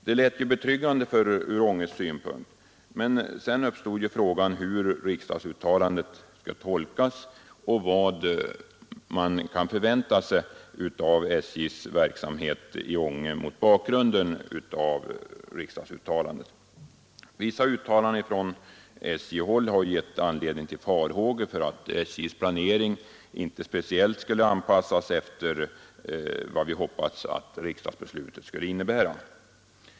Detta lät betryggande ur Ånges synpunkt, men sedan uppstod frågan hur riksdagsuttalandet skall tolkas och vad man kan förvänta sig av SJ:s verksamhet i Ånge mot bakgrunden av det. Vissa uttalanden från SJ-håll har föranlett farhågor för att SJ:s planering inte i speciellt stor utsträckning skulle komma att ligga i linje med vad vi hoppades att riksdagsbeslutet skulle innebära.